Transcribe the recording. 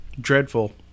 dreadful